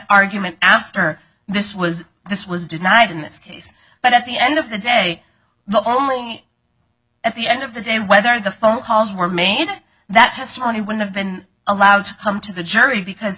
argument after this was this was denied in this case but at the end of the day the only thing at the end of the day whether the phone calls were made that testimony would have been allowed to come to the jury because